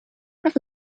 have